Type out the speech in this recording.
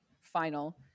final